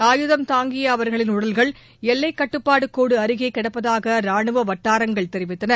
ஆயுதம் தாங்கிய அவர்களின் உடல்கள் எல்லைக்கட்டுப்பாடு கோடு அருகே கிடப்பதாக ரானுவ வட்டாரங்கள் தெரிவித்தன